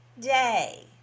day